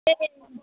ꯑꯦ